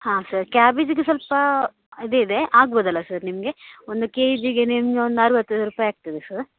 ಹಾಂ ಸರ್ ಕ್ಯಾಬೇಜಿಗೆ ಸ್ವಲ್ಪ ಅದಿದೆ ಆಗ್ಬೌದಲ್ಲ ಸರ್ ನಿಮಗೆ ಒಂದು ಕೆಜಿಗೆ ನಿಮ್ಗೆ ಒಂದು ಅರವತ್ತೈದು ರೂಪಾಯಿ ಆಗ್ತದೆ ಸರ್